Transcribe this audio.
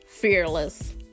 Fearless